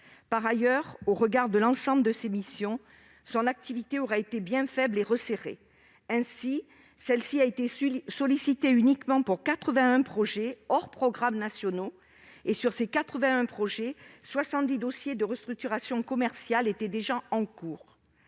Par ailleurs, au regard de l'ensemble de ses missions, son activité aura été bien faible et resserrée. Ainsi l'agence a-t-elle été sollicitée uniquement pour 81 projets, hors programmes nationaux ; sur ces 81 projets, 70 dossiers de restructuration commerciale étaient déjà en cours.